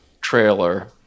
trailer